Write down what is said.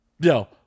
yo